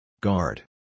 Guard